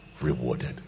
rewarded